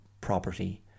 property